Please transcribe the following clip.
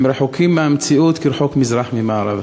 הם רחוקים מהמציאות כרחוק מזרח ממערב.